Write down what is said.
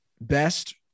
best